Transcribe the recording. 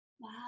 Wow